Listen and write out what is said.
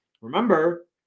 remember